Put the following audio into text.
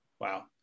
Wow